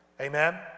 Amen